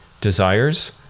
desires